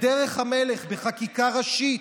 בדרך המלך, בחקיקה ראשית,